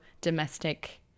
domestic